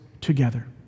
together